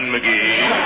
McGee